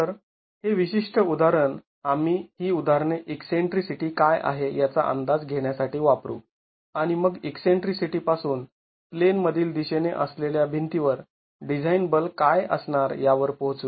तर हे विशिष्ट उदाहरण आम्ही ही उदाहरणे ईकसेंट्रीसिटी काय आहे याचा अंदाज घेण्यासाठी वापरू आणि मग ईकसेंट्रीसिटी पासून प्लेन मधील दिशेने असलेल्या भिंतीवर डिझाईन बल काय असणार यावर पोहोचू